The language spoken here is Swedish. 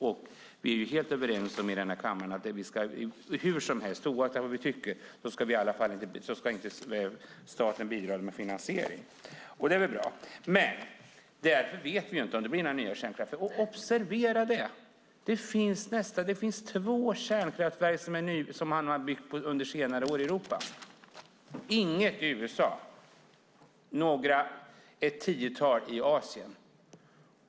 Och vi är ju helt överens i den här kammaren, oaktat vad vi tycker i kärnkraftsfrågan, om att staten i alla fall inte ska bidra med finansiering, och det är väl bra. Men därför vet vi inte om det blir några nya kärnkraftverk. Observera att det finns två kärnkraftverk som har byggts under senare år i Europa, inget i USA och ett tiotal i Asien!